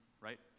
right